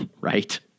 Right